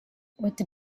with